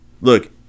Look